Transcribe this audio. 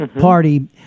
party